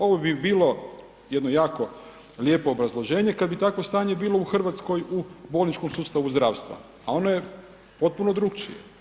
Ovo bi bilo jedno jako lijepo obrazloženje kad bi takvo stanje bilo u RH u bolničkom sustavu zdravstva, a ono je potpuno drukčije.